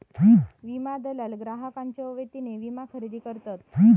विमा दलाल ग्राहकांच्यो वतीने विमा खरेदी करतत